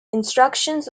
instructions